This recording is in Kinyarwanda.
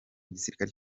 igisirikare